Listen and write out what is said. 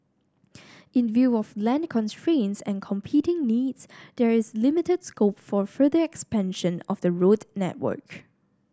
in view of land constraints and competing needs there is limited scope for further expansion of the road network